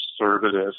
conservative